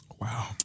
Wow